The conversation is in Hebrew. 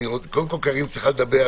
קודם כל קארין צריכה לדבר,